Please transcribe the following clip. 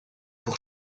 pour